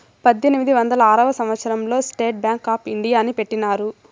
పద్దెనిమిది వందల ఆరవ సంవచ్చరం లో స్టేట్ బ్యాంక్ ఆప్ ఇండియాని పెట్టినారు